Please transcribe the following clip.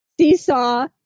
seesaw